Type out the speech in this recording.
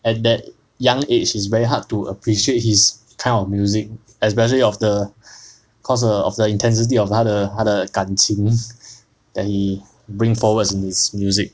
at that young age is very hard to appreciate his kind of music especially of the cause of the intensity of 他的他的感情 that he brings forward in his music